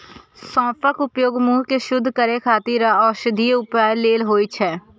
सौंफक उपयोग मुंह कें शुद्ध करै खातिर आ औषधीय उपयोग लेल होइ छै